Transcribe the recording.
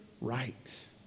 right